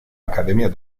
academia